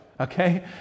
Okay